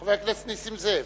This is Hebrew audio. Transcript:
חבר הכנסת נסים זאב.